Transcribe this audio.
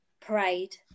parade